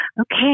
Okay